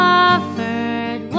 offered